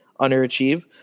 underachieve